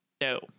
No